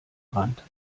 rand